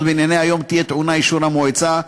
בענייני היום תהיה טעונה אישור המועצה,